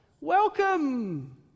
Welcome